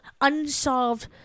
unsolved